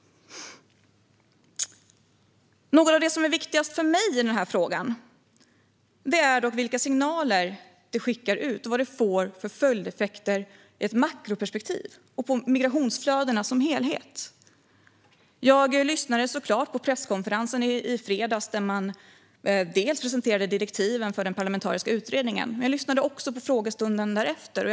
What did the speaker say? Något av det som är viktigast för mig i denna fråga är vilka signaler detta skickar ut och vilka följder det får i ett makroperspektiv och för migrationsflödena som helhet. Jag lyssnade såklart till den presskonferens som hölls i fredags. Där presenterades direktiven till den parlamentariska utredningen. Men jag lyssnade också på den efterföljande frågestunden.